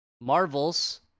Marvel's